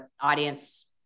audience